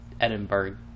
Edinburgh